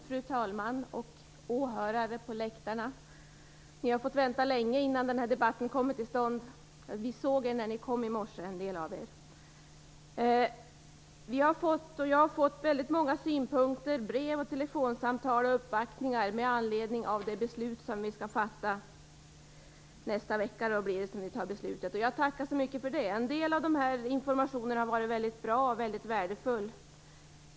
Fru talman! Åhörare på läktarna! Ni har fått vänta länge innan den här debatten kom till stånd. Vi såg en del av er när ni kom i morse. Vi har fått väldigt många synpunkter, brev, telefonsamtal och uppvaktningar med anledning av det beslut som vi skall fatta nästa vecka. Jag tackar så mycket för det. En del information har varit väldigt bra och värdefull.